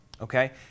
Okay